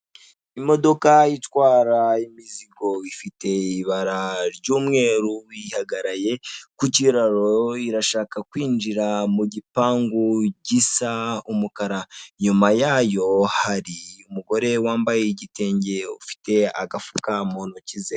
Imodoka itwara imizigo ifite ibara ry'umweru ihagaraye kukiraro irashaka kwinjira mugipangu gisa umukara , inyuma yayo hari umugore wambaye igitenge ufite agafuka muntoki ze